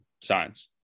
science